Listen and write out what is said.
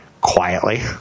quietly